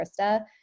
krista